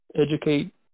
educate